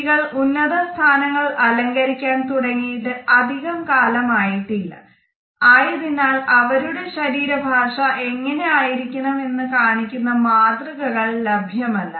സ്ത്രീകൾ ഉന്നത സ്ഥാനങ്ങൾ അലങ്കരിക്കാൻ തുടങ്ങിയിട്ട് അധികം കാലം ആയിട്ടില്ല ആയതിനാൽ അവരുടെ ശരീര ഭാഷ എങ്ങനെ ആയിരിക്കണമെന്ന് കാണിക്കുന്ന മാതൃകകൾ ലഭ്യമല്ല